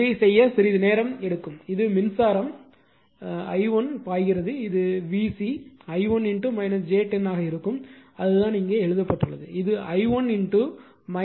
இதை செய்ய சிறிது நேரம் எடுக்கும் இது மின்சாரம் ஆக இருக்கும் i1 பாய்கிறது இது V c i1 j 10 ஆக இருக்கும் அதுதான் இங்கே எழுதப்பட்டுள்ளது இது i1 j 10